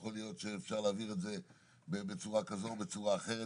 יכול להיות שאפשר להעביר את זה בצורה כזו או בצורה אחרת,